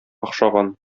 охшаган